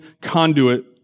conduit